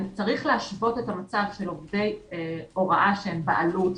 צריך להשוות את המצב של עובדי הוראה שהם בעלות,